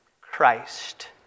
Christ